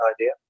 idea